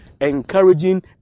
encouraging